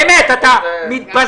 באמת, אתה מתבזה.